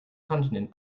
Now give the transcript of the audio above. continent